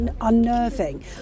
unnerving